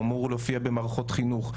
הוא אמור להופיע במערכות חינוך,